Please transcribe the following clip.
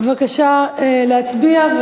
בבקשה להצביע.